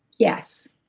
yes,